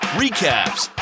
recaps